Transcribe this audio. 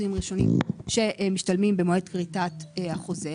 ראשונים שמשתלמים במועד כריתת החוזה.